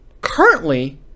currently